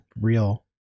real